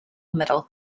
middle